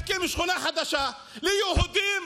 להקים שכונה חדשה ליהודים